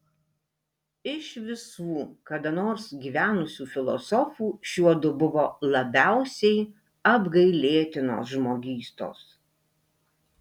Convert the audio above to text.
iš visų kada nors gyvenusių filosofų šiuodu buvo labiausiai apgailėtinos žmogystos